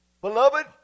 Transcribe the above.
Beloved